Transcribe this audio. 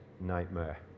nightmare